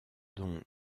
dont